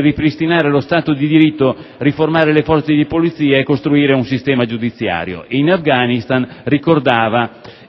ripristinare lo Stato di diritto, riformare le forze di polizia e costruire un sistema giudiziario. In Afghanistan - ricordava